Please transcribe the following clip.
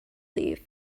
leave